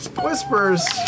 Whispers